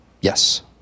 yes